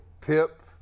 Pip